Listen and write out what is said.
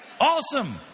Awesome